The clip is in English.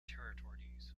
territories